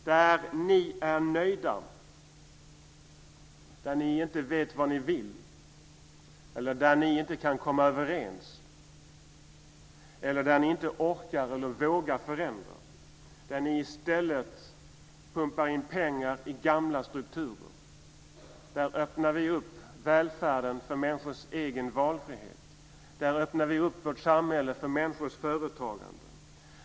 Där ni är nöjda, där ni inte vet vad ni vill eller där ni inte kan komma överens, inte orkar eller vågar förändra, där ni i stället pumpar in pengar i gamla strukturer öppnar vi upp välfärden för människors egen valfrihet. Där öppnar vi upp vårt samhälle för människors företagande.